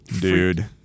dude